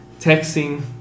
texting